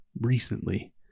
recently